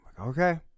Okay